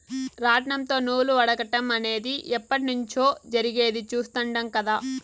రాట్నంతో నూలు వడకటం అనేది ఎప్పట్నుంచో జరిగేది చుస్తాండం కదా